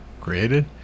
created